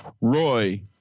Roy